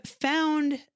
found